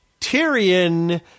Tyrion